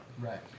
Right